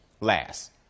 Last